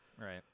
right